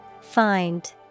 Find